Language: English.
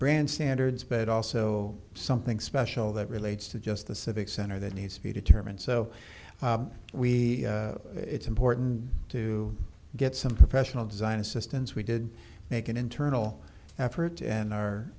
brand standards but also something special that relates to just the civic center that needs to be determined so we it's important to get some professional design assistance we did make an internal effort and